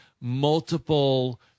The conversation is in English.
multiple